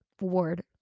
word